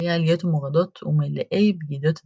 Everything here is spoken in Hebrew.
עתירי עליות ומורדות ומלאי בגידות הדדיות.